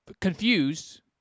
confused